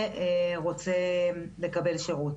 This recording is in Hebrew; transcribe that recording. ורוצה לקבל שירות.